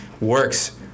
works